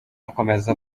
akomeza